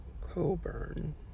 Coburn